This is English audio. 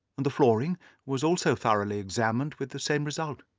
and the flooring was also thoroughly examined, with the same result.